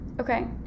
Okay